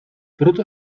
proto